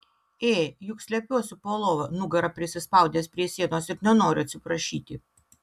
ė juk slepiuosi po lova nugara prisispaudęs prie sienos ir nenoriu atsiprašyti